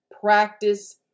Practice